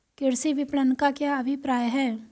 कृषि विपणन का क्या अभिप्राय है?